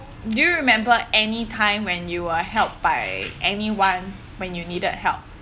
do you remember any time when you are helped by anyone when you needed help